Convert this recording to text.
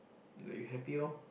the you happy orh